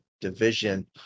division